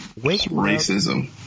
Racism